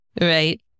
right